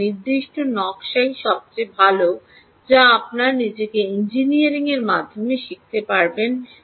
কোনও নির্দিষ্ট নকশাই সবচেয়ে ভাল যা আপনার নিজের ইঞ্জিনিয়ারিংয়ের মাধ্যমে শিখতে পারবেন